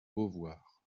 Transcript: beauvoir